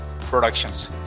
productions